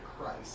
Christ